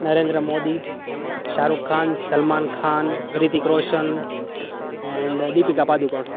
Narendra Modi Shahrukh Khan Salman Khan Hrithik Roshan and Deepika Padukone